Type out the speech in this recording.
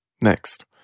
Next